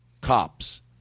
cops